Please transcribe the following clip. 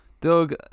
Doug